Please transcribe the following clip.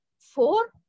Four